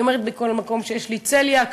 אני אומרת בכל מקום שיש לי צליאק,